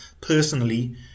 personally